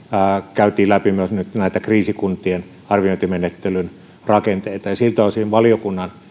käytiin läpi myös kriisikuntien arviointimenettelyn rakenteita ja siltä osin valiokunnan